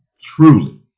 truly